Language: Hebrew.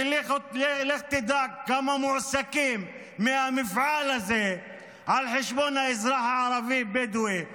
ולך תדע כמה מועסקים מהמפעל הזה על חשבון האזרח הערבי הבדואי בנגב.